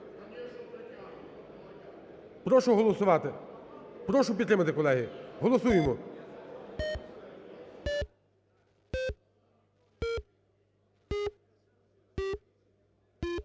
Прошу голосувати, прошу підтримати, колеги. Голосуємо.